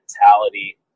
mentality